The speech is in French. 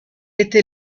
était